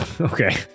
Okay